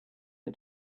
her